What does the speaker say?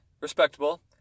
respectable